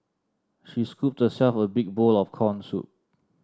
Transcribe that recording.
she scooped herself a big bowl of corn soup